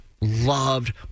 loved